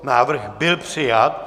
Návrh byl přijat.